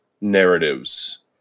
narratives